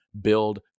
build